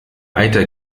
eiter